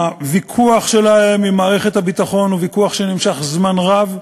הוויכוח שלהם עם מערכת הביטחון הוא ויכוח שנמשך זמן רב,